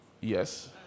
Yes